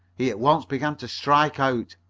he at once began to strike out,